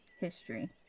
History